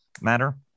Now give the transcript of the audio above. matter